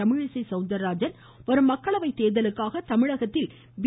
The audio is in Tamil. தமிழிசை சௌந்தர்ராஜன் வரும் மக்களவைத் தேர்தலுக்காக தமிழகத்தில் பி